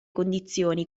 condizioni